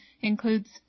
includes